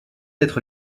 être